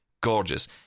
gorgeous